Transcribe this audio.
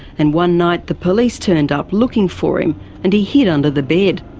and one night the police turned up looking for him and he hid under the bed.